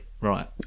right